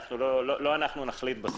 לא אנחנו נחליט בסוף.